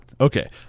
okay